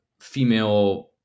female